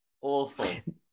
awful